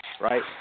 right